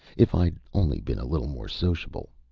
if i'd only been a little more sociable.